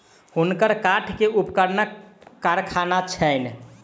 हुनकर काठ के उपकरणक कारखाना छैन